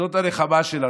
זאת הנחמה שלנו.